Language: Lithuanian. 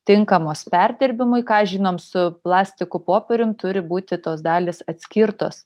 tinkamos perdirbimui ką žinom su plastiku popierium turi būti tos dalys atskirtos